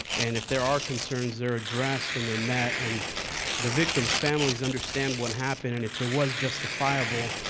and if there are concerns, they're addressed and they're met. and the victims' families understand what happened. and if it was justifiable,